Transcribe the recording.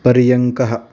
पर्यङ्कः